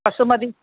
basmati